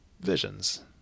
Visions